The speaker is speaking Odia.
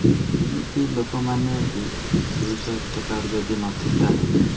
ଏମିତି ଲୋକମାନେ ବି ବିଜୁ ସ୍ୱାସ୍ଥ୍ୟ କାର୍ଡ଼ ଯଦି ନଥେତା